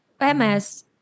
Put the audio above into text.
MS